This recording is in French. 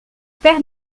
père